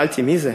שאלתי, מי זה?